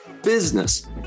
business